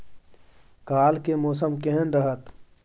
काल के मौसम केहन रहत?